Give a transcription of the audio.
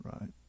right